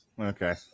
Okay